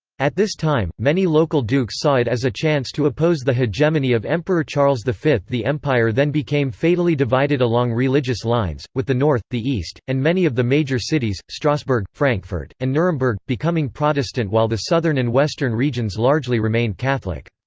at this time, many local dukes saw it as a chance to oppose the hegemony of emperor charles v. the empire then became fatally divided along religious lines, with the north, the east, and many of the major cities strasbourg, frankfurt, and nuremberg becoming protestant while the southern and western regions largely remained catholic.